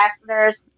ambassadors